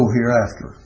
hereafter